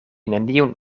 neniun